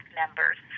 members